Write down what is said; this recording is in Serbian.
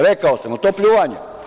Rekao sam, jel to pljuvanje?